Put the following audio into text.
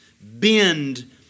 bend